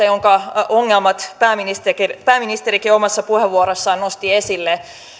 jonka ongelmat pääministerikin omassa puheenvuorossaan nosti esille